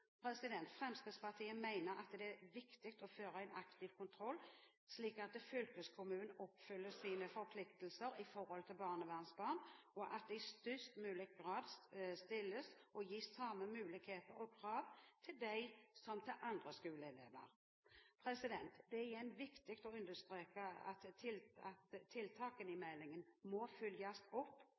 Fremskrittspartiet mener det er viktig å føre en aktiv kontroll slik at fylkeskommunene oppfyller sine forpliktelser når det gjelder barnevernsbarn, og at det i størst mulig grad stilles samme krav og gis samme muligheter til dem som til andre skoleelever. Det er igjen viktig å understreke at tiltakene i meldingen må følges opp